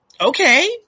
okay